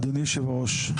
אדוני היושב-ראש,